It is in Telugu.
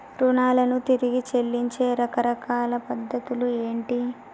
రుణాలను తిరిగి చెల్లించే రకరకాల పద్ధతులు ఏంటి?